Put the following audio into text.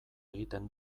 egiten